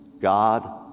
God